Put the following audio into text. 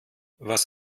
was